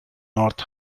north